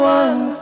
one